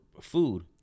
food